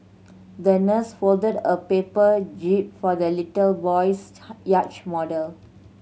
the nurse folded a paper jib for the little boy's yacht model